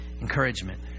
Encouragement